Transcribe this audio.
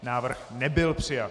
Návrh nebyl přijat.